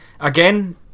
again